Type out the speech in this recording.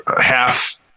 half